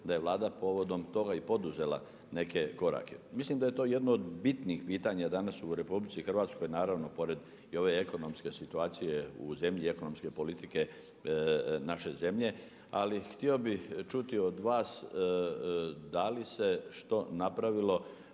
da je Vlada povodom toga i poduzela neke korake. Mislim da je to jedno od bitnih pitanja danas u RH naravno pored i ove ekonomske situacije u zemlji, ekonomske politike naše zemlje, ali htio bih čuti od vas, da li se što napravilo